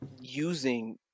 using